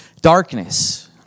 darkness